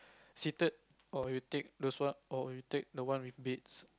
seated or you take those what or you take one with beds